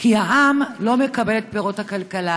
כי העם לא מקבל את פירות הכלכלה,